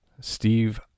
Steve